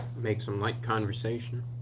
make some light conversation.